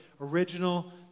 original